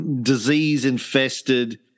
disease-infested